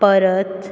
परत